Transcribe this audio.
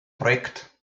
projekt